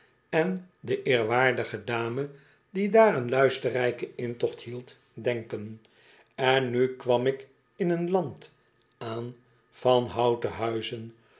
en de eerwaardige dame die daar een luisterrijken intocht hield denken en nu kwam ik in een land aan van houten huizen